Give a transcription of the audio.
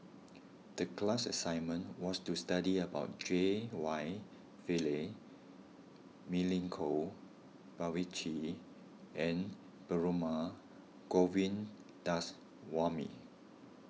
the class assignment was to study about J Y Pillay Milenko Prvacki and Perumal Govindaswamy